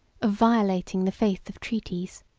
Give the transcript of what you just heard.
of violating the faith of treaties.